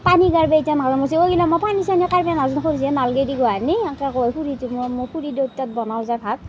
পানী কাঢ়বে এতিয়া মাজে মাজে ঔ মই পানী চানী কাঢ়বে নাজানো মই খুৰীদেউ তাত বনাওঁ যে ভাত